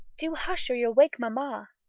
do hush, or you'll wake mamma.